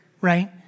right